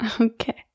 Okay